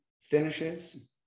finishes